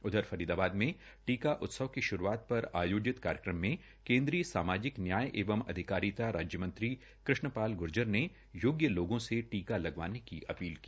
उधर फरीदाबाद में टीका उत्सव की शुरुआत पर आयोजित कार्यक्रम में केन्द्रीय सामाजिक न्याय एवं अधिकारिता राज्य मंत्री कृष्ण पाल गुर्जर ने योग्य लोगों से टीका लगवाने की अपील की